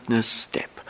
step